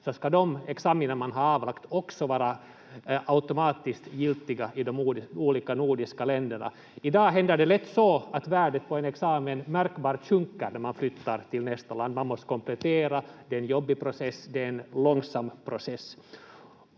vara automatiskt giltiga i de olika nordiska länderna. I dag händer det lätt så att värdet på en examen märkbart sjunker när man flyttar till nästa land. Man måste komplettera, det är en jobbig process, det är en långsam process.